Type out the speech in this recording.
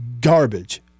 garbage